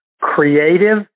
creative